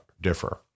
differ